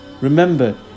Remember